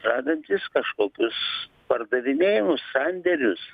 žadantys kažkokius pardavinėjimus sandėrius